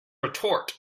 retort